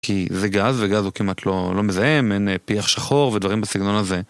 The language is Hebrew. כי זה גז וגז הוא כמעט לא מזהם, אין פיח שחור ודברים בסגנון הזה.